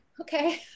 okay